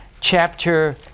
chapter